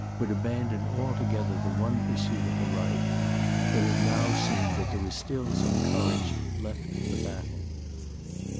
would abandon altogether the one pursuit of her life but it now seemed that there was still some courage left for the battle.